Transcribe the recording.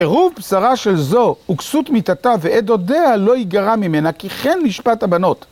קירוב בשרה של זו וכסות מיטתה ועת דודיה לא ייגרע ממנה כי כן משפט הבנות.